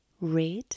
Red